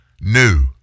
new